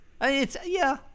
It's—yeah